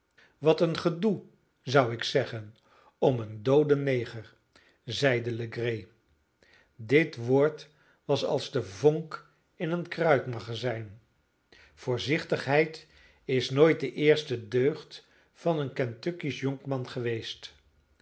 wat een gedoe zou ik zeggen om een dooden neger zeide legree dit woord was als de vonk in een kruitmagazijn voorzichtigheid is nooit de eerste deugd van een kentuckisch jonkman geweest